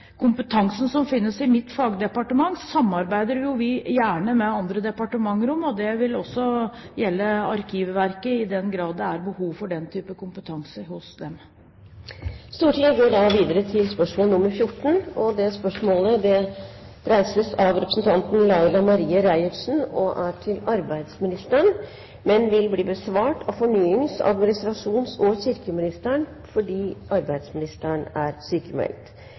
kompetansen som finnes i mitt fagdepartement, samarbeider vi gjerne med andre departementer om, og det vil også gjelde Arkivverket i den grad det er behov for den type kompetanse hos dem. Dette spørsmålet, fra representanten Laila Marie Reiertsen til arbeidsministeren, vil bli besvart av fornyings-, administrasjons- og kirkeministeren på vegne av arbeidsministeren, som har sykdomsforfall. «I Bergens Tidende 31. oktober i år kan en lese om Marias Nav-dagbok. Som ombudskvinne og medmenneske er